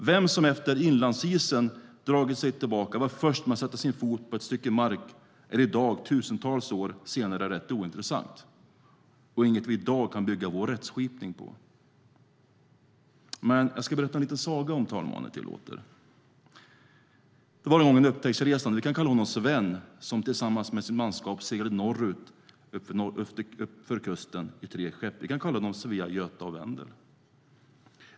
Vem som efter att inlandsisen hade dragit sig tillbaka var först med att sätta sin fot på ett stycke mark är i dag, tusentals år senare, rätt ointressant och inget som vi i dag kan bygga vår rättskipning på. Men jag ska berätta en liten saga, om talmannen tillåter. Det var en gång en upptäcktsresande som vi kan kalla Sven som tillsammans med sitt manskap seglade norrut uppför kusten i tre skepp. Vi kan kalla dem Svea, Göta och Vende.